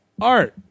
Art